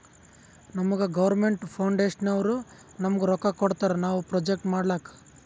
ನಮುಗಾ ಗೌರ್ಮೇಂಟ್ ಫೌಂಡೇಶನ್ನವ್ರು ನಮ್ಗ್ ರೊಕ್ಕಾ ಕೊಡ್ತಾರ ನಾವ್ ಪ್ರೊಜೆಕ್ಟ್ ಮಾಡ್ಲಕ್